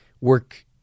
work